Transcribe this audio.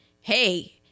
hey